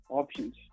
options